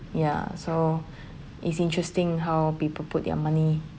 ya so it's interesting how people put their money